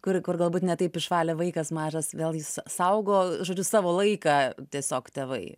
kur kur galbūt ne taip išvalė vaikas mažas vėl jis saugo žodžiu savo laiką tiesiog tėvai